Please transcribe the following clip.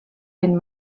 den